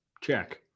Check